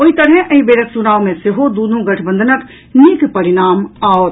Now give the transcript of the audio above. ओहि तरहे एहि बेरक चुनाव मे सेहो दुनु गठबंधनक नीक परिणाम आओत